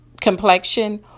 complexion